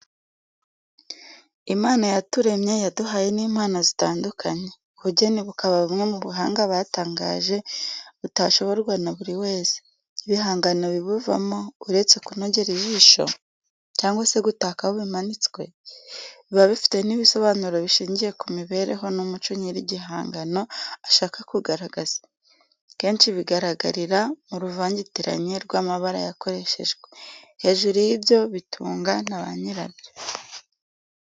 Imana yaturemye yaduhaye n'impano zitandukanye. Ubugeni bukaba bumwe mu buhanga batangaje butashoborwa na buri wese. Ibihangano bibuvamo, uretse kunogera ijisho, cyangwa se gutaka aho bimanitswe, biba bifite n'ibisobanuro bishingiye ku mibireho n'umuco nyir'igihangano ashaka kugaragaza. Kenshi bikagaragarira mu ruvangitiranye rw'amabara yakoreshejwe. Hejuru y'ibyo, bitunga na banyirabyo.